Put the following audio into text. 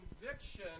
conviction